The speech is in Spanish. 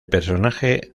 personaje